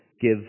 give